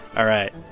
all right.